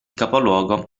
capoluogo